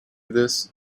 this